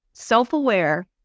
self-aware